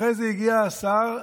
אחר כך הגיע השר,